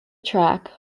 track